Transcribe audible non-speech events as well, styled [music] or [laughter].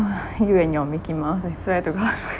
[breath] you and your mickey mouse I swear to god [laughs]